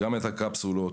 את הקפסולות,